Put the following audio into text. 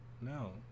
no